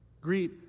Greet